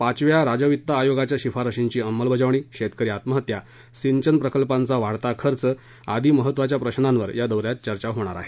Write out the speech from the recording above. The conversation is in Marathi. पाचव्या राज्यवित्त आयोगाच्या शिफारशींची अंमलबजावणी शेतकरी आत्महत्या सिंचन प्रकल्पांचा वाढता खर्च आदी महत्त्वाच्या प्रश्नांवर या दौ यात चर्चा होईल